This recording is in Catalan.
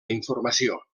informació